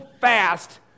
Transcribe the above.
fast